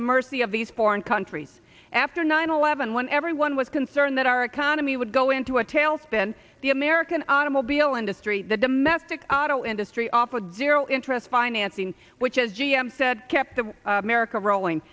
the mercy of these foreign countries after nine eleven when everyone was concerned that our economy would go into a tailspin the american automobile industry the domestic auto industry off with zero interest financing which as g m said kept the america rolling